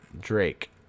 Drake